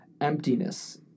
emptiness